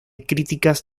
críticas